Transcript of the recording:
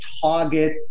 target